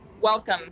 welcome